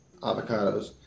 avocados